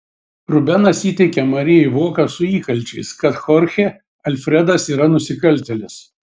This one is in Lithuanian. rubenas įteikia marijai voką su įkalčiais kad chorchė alfredas yra nusikaltėlis